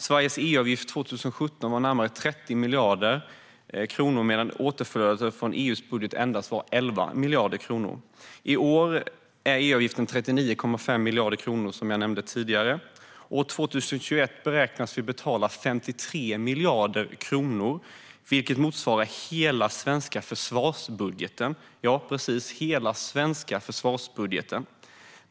Sveriges EU-avgift var 2017 närmare 30 miljarder kronor medan återflödet från EU:s budget var endast 11 miljarder kronor. I år är EU-avgiften 39,5 miljarder kronor, som jag nämnde tidigare. År 2021 beräknas vi betala 53 miljarder kronor, vilket motsvarar hela den svenska försvarsbudgeten - ja precis, hela den svenska försvarsbudgeten!